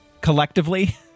collectively